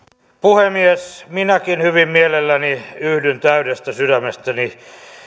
puhemies minäkin hyvin mielelläni yhdyn täydestä sydämestäni